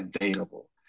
available